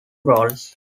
roles